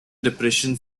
depression